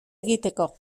egiteko